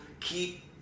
Keep